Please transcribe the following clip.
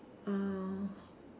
uh